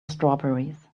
strawberries